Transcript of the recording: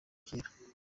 ibyera